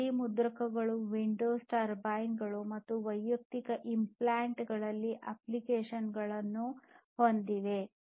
3ಡಿ ಮುದ್ರಕಗಳು wind turbine ಗಳು ಮತ್ತು ವೈದ್ಯಕೀಯ ಇಂಪ್ಲಾಂಟ್ ಗಳಲ್ಲಿ ಅಪ್ಲಿಕೇಶನ್ ಗಳನ್ನು ಹೊಂದಿವೆ